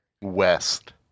West